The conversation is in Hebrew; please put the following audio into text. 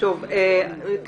אנחנו